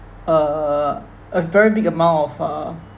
err a very big amount of uh